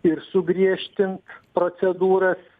ir sugriežtint procedūras